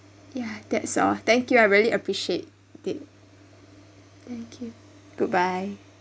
ya that's all thank you I really appreciate it thank you goodbye